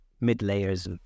mid-layers